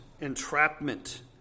entrapment